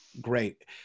great